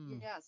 Yes